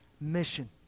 Mission